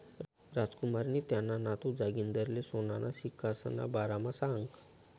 रामकुमारनी त्याना नातू जागिंदरले सोनाना सिक्कासना बारामा सांगं